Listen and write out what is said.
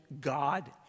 God